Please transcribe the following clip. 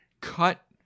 cut